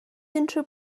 unrhyw